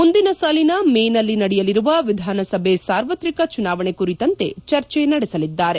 ಮುಂದಿನ ಸಾಲಿನ ಮೇ ನಲ್ಲಿ ನಡೆಯಲಿರುವ ವಿಧಾನಸಭೆ ಸಾರ್ವತ್ರಿಕ ಚುನಾವಣೆ ಕುರಿತಂತೆ ಚರ್ಚೆ ನಡೆಸಲಿದ್ದಾರೆ